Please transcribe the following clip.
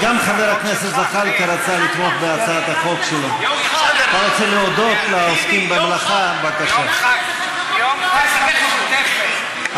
כמה חוקים שבהם יהיה אפשר שהקוורום של בית המשפט לא